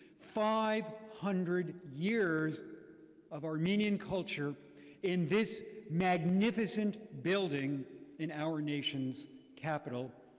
five hundred years of armenian culture in this magnificent building in our nations capitol.